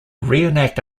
reenact